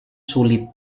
sulit